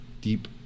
deep